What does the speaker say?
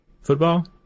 football